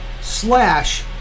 Slash